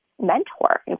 mentor